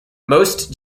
most